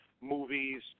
movies